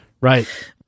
right